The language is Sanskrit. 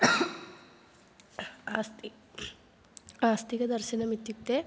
अस्ति आस्तिकदर्शनम् इत्युक्ते